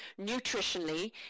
nutritionally